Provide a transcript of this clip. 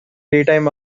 daytime